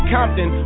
Compton